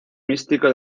místico